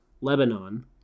Lebanon